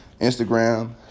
Instagram